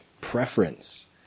preference